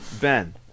Ben